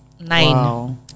nine